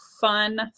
fun